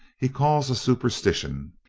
he calls a superstition.